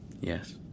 Yes